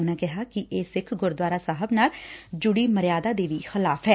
ਉਨੂਾਂ ਕਿਹਾ ਕਿ ਇਹ ਸੱਖ ਗੁਰਦੁਆਰਾ ਸਾਹਿਬ ਨਾਲ ਜੁੜੀ ਮਰਿਆਦਾ ਦੇ ਵੀ ਖਿਲਾਫ ਏ